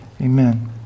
amen